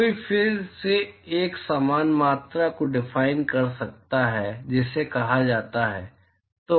कोई फिर से एक समान मात्रा को डिफाइन कर सकता है जिसे कहा जाता है